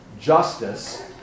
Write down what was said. justice